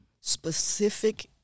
specific